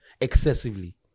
excessively